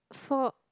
for